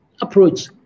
approach